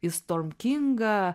į stormkingą